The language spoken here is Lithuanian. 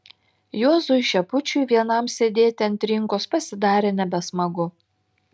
juozui šepučiui vienam sėdėti ant trinkos pasidarė nebesmagu